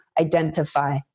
identify